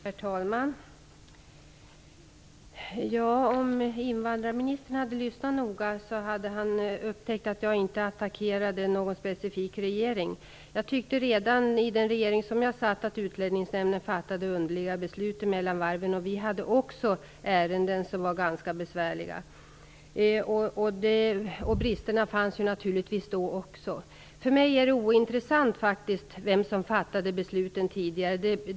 Herr talman! Om invandrarministern hade lyssnat noga hade han upptäckt att jag inte attackerade någon specifik regering. Redan när jag satt i regeringen tyckte jag att Utlänningsnämnden fattade underliga beslut mellan varven. I den regeringen hade vi också ärenden som var ganska besvärliga. Bristerna fanns naturligtvis då också. För mig är det ointressant vem som fattade besluten tidigare.